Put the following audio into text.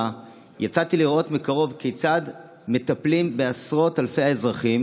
יצאתי לראות מקרוב כיצד מטפלים בעשרות אלפי האזרחים